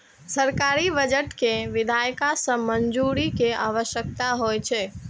सरकारी बजट कें विधायिका सं मंजूरी के आवश्यकता होइ छै